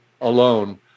alone